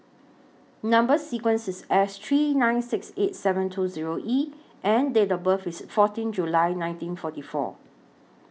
Number sequence IS S three nine six eight seven two Zero E and Date of birth IS fourteen July nineteen forty four